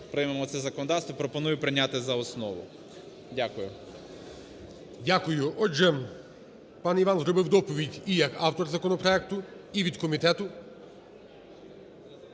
приймемо це законодавство. Пропоную прийняти за основу. Дякую. ГОЛОВУЮЧИЙ. Дякую. Отже, пан Іван зробив доповідь і як автор законопроекту, і від комітету.